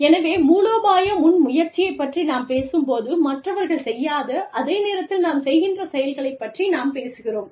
எனவே மூலோபாய முன்முயற்சியைப் பற்றி நாம் பேசும்போது மற்றவர்கள் செய்யாத அதே நேரத்தில் நாம் செய்கின்ற செயல்களைப் பற்றி நாம் பேசுகிறோம்